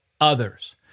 others